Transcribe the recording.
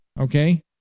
okay